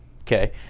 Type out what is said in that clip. Okay